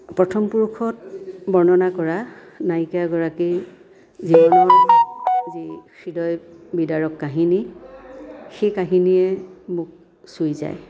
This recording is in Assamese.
প্ৰথম পুৰুষত বৰ্ণনা কৰা নায়িকা গৰাকীৰ যি যি হৃদয় বিদাৰক কাহিনী সেই কাহিনীয়ে মোক চুই যায়